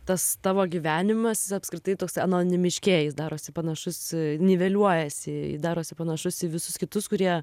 tas tavo gyvenimas jis apskritai toks anonimiškėja jis darosi panašus niveliuojasi darosi panašus į visus kitus kurie